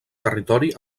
territori